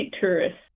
tourists